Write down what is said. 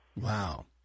Wow